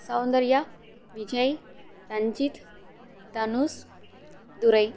Soundarya Vijay Ranjith Dhanush Durai